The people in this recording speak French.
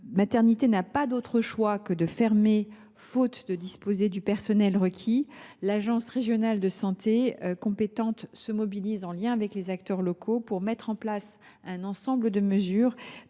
maternité n’a pas d’autre choix que de fermer ses portes, faute de personnel disponible, l’agence régionale de santé (ARS) compétente se mobilise en lien avec les acteurs locaux pour mettre en place un ensemble de mesures